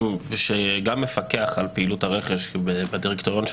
שגם מפקח על פעילות הרכש בדירקטוריון של